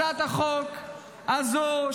הצעת החוק הזו,